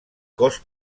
cos